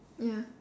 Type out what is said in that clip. ya